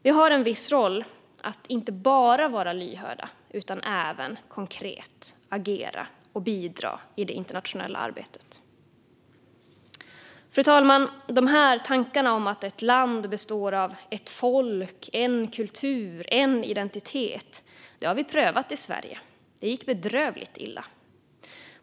Vi har en viss roll att inte bara vara lyhörda utan även konkret agera och bidra i det internationella arbetet. Fru talman! Tankarna att ett land består av ett folk, en kultur och en identitet har vi prövat i Sverige. Det gick bedrövligt illa.